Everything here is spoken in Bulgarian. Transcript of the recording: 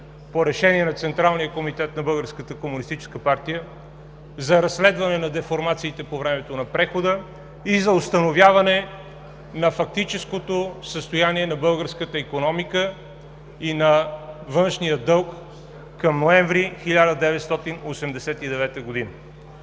по решение на Централния комитет на Българската комунистическа партия за разследване на деформациите по времето на прехода и за установяване на фактическото състояние на българската икономика и на външния дълг към ноември 1989 г.,